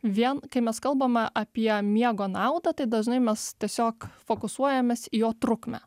vien kai mes kalbame apie miego naudą tai dažnai mes tiesiog fokusuojamės į jo trukmę